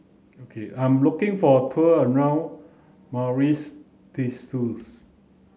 I'm looking for tour around